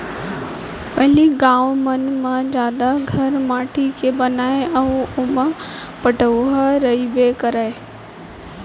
पहिली गॉंव मन म जादा घर माटी के बनय अउ ओमा पटउहॉं रइबे करय